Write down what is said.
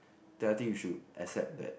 then I think you should accept that